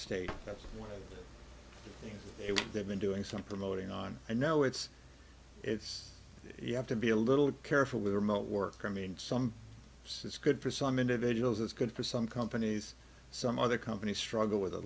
state that's one it would have been doing some promoting on and now it's it's you have to be a little careful with remote work i mean some say it's good for some individuals it's good for some companies some other companies struggle with a